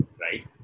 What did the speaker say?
right